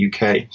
UK